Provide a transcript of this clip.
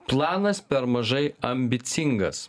planas per mažai ambicingas